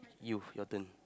you rotten